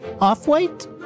off-white